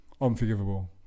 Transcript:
Unforgivable